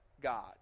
God